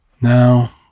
Now